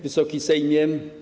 Wysoki Sejmie!